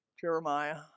Jeremiah